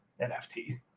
NFT